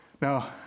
Now